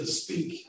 speak